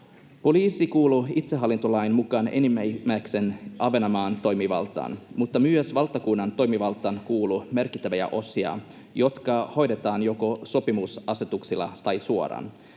Poliisi kuuluu itsehallintolain mukaan enimmäkseen Ahvenanmaan toimivaltaan, mutta myös valtakunnan toimivaltaan kuuluu merkittäviä osia, jotka hoidetaan joko sopimusasetuksilla tai suoraan.